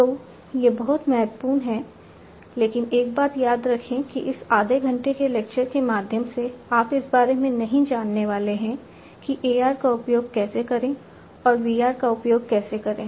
तो ये बहुत महत्वपूर्ण हैं लेकिन एक बात याद रखें कि इस आधे घंटे के लेक्चर के माध्यम से आप इस बारे में नहीं जानने वाले हैं कि AR का उपयोग कैसे करें और VR का उपयोग कैसे करें